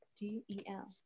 d-e-l